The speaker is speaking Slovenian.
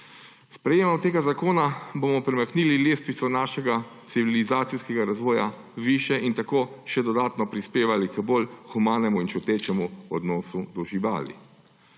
sprejetjem tega zakona bomo premaknili letvico našega civilizacijskega razvoja više in tako še dodatno prispevali k bolj humanemu in čutečemu odnosu do živali.